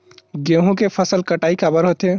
गेहूं के फसल कटाई काबर होथे?